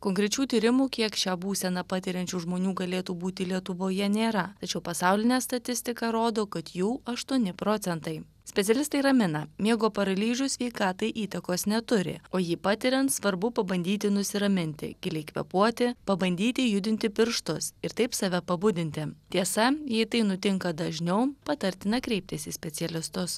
konkrečių tyrimų kiek šią būseną patiriančių žmonių galėtų būti lietuvoje nėra tačiau pasaulinė statistika rodo kad jų aštuoni procentai specialistai ramina miego paralyžius sveikatai įtakos neturi o jį patiriant svarbu pabandyti nusiraminti giliai kvėpuoti pabandyti judinti pirštus ir taip save pabudinti tiesa jei tai nutinka dažniau patartina kreiptis į specialistus